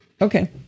Okay